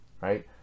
right